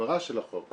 העברה של החוק.